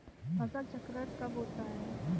फसल चक्रण कब होता है?